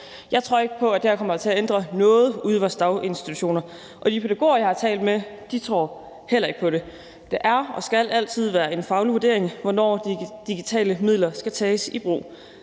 Jeg tror ikke på, at det her kommer til at ændre noget ude i vores daginstitutioner, og de pædagoger, jeg har talt med, tror heller ikke på det. Det er og skal altid være en faglig vurdering, hvornår digitale midler skal tages i brug.